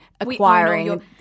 acquiring